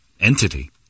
entity